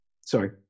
Sorry